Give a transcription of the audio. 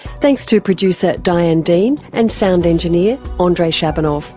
thanks to producer diane dean and sound engineer andre shabanov.